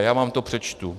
Já vám to přečtu: